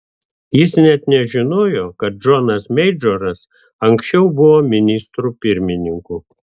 jis net nežinojo kad džonas meidžoras anksčiau buvo ministru pirmininku